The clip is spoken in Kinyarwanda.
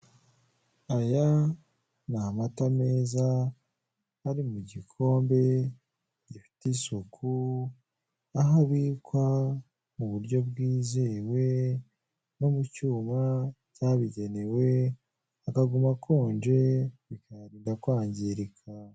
Aya ni amata meza ari mu gikombe gifite isuku aho abikwa mu buryo bwizewe no mu cyuma cyabigenewe agakomeza akonje bikayarinda kwangirika.